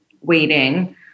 waiting